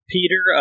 Peter